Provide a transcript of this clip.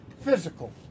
physical